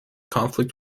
conflict